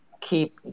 keep